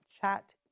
Chat